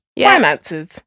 finances